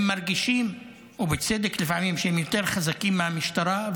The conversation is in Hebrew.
הם מרגישים לפעמים שהם יותר חזקים מהמשטרה,